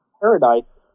paradise